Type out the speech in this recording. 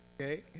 Okay